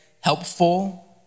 helpful